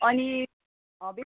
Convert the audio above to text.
अनि बेसी